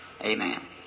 Amen